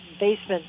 basement